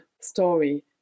story